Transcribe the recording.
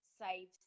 save